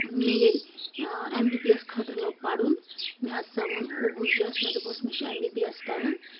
میل MBBS خٲطرٕ لوٚگ پَرُن مےٚ حظ سَمیو أبوٗجِیَس دوٚپُس مےٚ چھُ ایم بی بی ایَس کَرُن